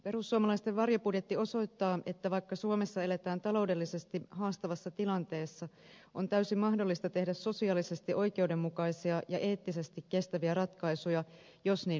perussuomalaisten varjobudjetti osoittaa että vaikka suomessa eletään taloudellisesti haastavassa tilanteessa on täysin mahdollista tehdä sosiaalisesti oikeudenmukaisia ja eettisesti kestäviä ratkaisuja jos niin halutaan